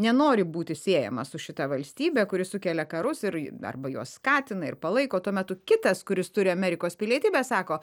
nenori būti siejamas su šita valstybe kuri sukelia karus ir arba juos skatina ir palaiko tuo metu kitas kuris turi amerikos pilietybę sako